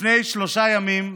לפני שלושה ימים,